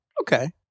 okay